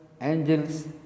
angels